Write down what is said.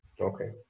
Okay